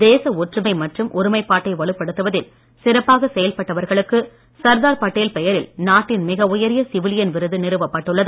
தேச ஒற்றுமை மற்றும் ஒருமைப்பாட்டை வலுப்படுத்துவதில் சிறப்பாக செயல்பட்டவர்களுக்கு சர்தார் பட்டேல் பெயரில் நாட்டின் மிக உயரிய சிவிலியன் விருது நிறுவப்பட்டுள்ளது